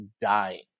dying